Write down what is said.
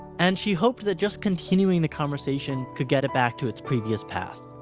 and she hoped that just continuing the conversation could get it back to its previous path.